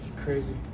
crazy